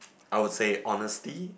I would say honesty